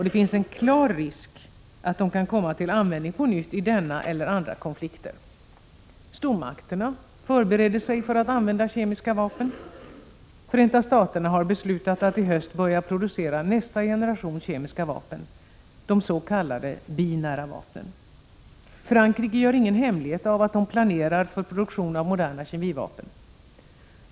Det finns en klar risk att de kan komma till användning på nytt i denna eller andra konflikter. Stormakter förbereder sig för att använda kemiska vapen. Förenta Staterna har beslutat att i höst börja producera nästa generation kemiska vapen, de s.k. binära vapnen. Frankrike gör ingen hemlighet av att de planerar för produktion av moderna kemivapen.